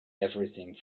everything